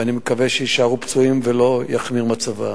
ואני מקווה שיישארו פצועים ולא יחמיר מצבם.